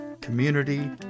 Community